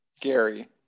Gary